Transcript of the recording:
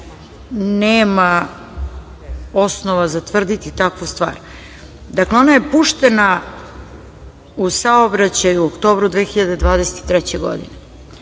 nema osnova za tvrditi takvu stvar. Dakle, ona je puštena u saobraćaju u oktobru 2023. godine.